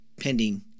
pending